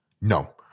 No